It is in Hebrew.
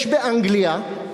יש באנגליה,